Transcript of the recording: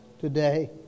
today